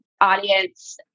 audience